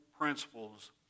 principles